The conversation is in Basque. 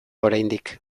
oraindik